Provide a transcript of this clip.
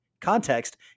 context